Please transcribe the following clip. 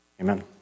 amen